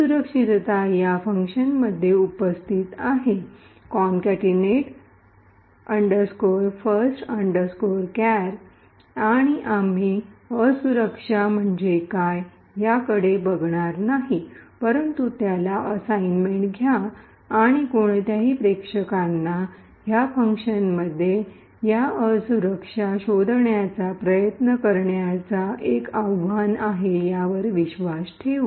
असुरक्षितता या फंक्शनमध्ये उपस्थित आहे concatenate first char concatenate first chars आणि आम्ही असुरक्षा म्हणजे काय याकडे बघाणार नाही परंतु त्याला असाइनमेंट घ्या आणि कोणत्याही प्रेक्षकांना या फंक्शनमध्ये या असुरक्षा शोधण्याचा प्रयत्न करण्याचा एक आव्हान आहे यावर विश्वास ठेवू